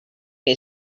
que